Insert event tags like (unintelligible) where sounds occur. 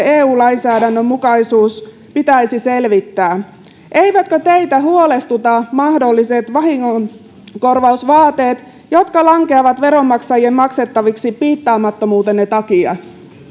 (unintelligible) eu lainsäädännön mukaisuus pitäisi selvittää eikö teitä huolestuta mahdolliset vahingonkorvausvaateet jotka lankeavat veronmaksajien maksettaviksi piittaamattomuutenne takia